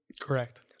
Correct